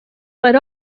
but